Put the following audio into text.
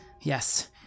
Yes